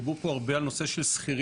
דיברו פה הרבה על נושא של שכירים,